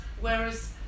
whereas